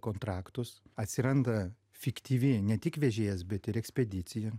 kontraktus atsiranda fiktyvi ne tik vežėjas bet ir ekspedicija